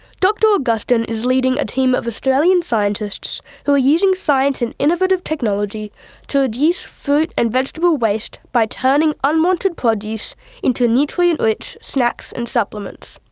dr augustin is leading a team of australian scientists who are using science and innovative technology to reduce fruit and vegetable waste by turning unwanted produce into nutrient-rich snacks and supplements.